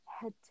head